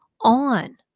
on